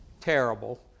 terrible